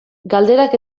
galderak